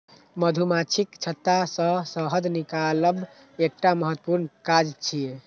मधुमाछीक छत्ता सं शहद निकालब एकटा महत्वपूर्ण काज छियै